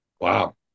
Wow